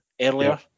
earlier